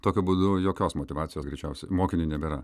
tokiu būdu jokios motyvacijos greičiausiai mokiniui nebėra